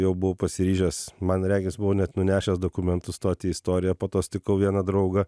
jau buvau pasiryžęs man regis buvau net nunešęs dokumentus stoti į istoriją po to sutikau vieną draugą